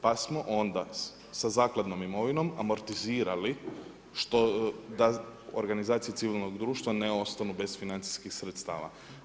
Pa smo onda sa zakladnom imovinom amortizirali, što da Organizacije civilnog društva ne ostaju bez financijskih sredstava.